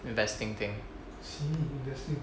investing thing